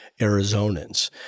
Arizonans